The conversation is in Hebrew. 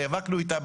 נאבקנו איתם,